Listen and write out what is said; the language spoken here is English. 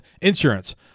Insurance